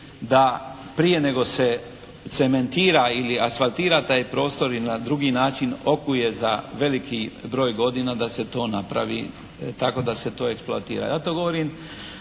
da prije nego se cementira ili asfaltira taj prostor ili na drugi način okuje za veliki broj godina da se to napravi tako da se to eksploatira. Ja to govorim